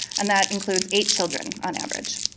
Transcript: and that includes eight children on average.